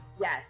Yes